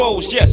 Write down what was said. Yes